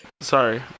sorry